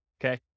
okay